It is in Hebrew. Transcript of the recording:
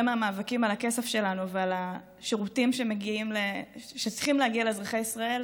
מהמאבקים על הכסף שלנו ועל השירותים שצריכים להגיע לאזרחי ישראל,